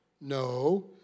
No